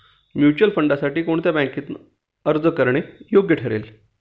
Mutual फंडांसाठी कोणत्या बँकेतून अर्ज करणे योग्य ठरेल?